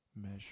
measure